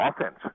offense